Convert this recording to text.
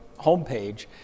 homepage